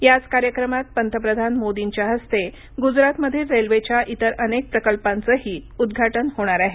याच कार्यक्रमात पंतप्रधान मोर्दीच्या हस्ते गुजरातमधील रेल्वेच्या इतर अनेक प्रकल्पांचंही उद्घाटन होणार आहे